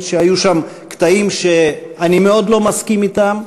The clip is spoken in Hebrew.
שהיו שם קטעים שאני מאוד לא מסכים אתם,